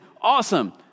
Awesome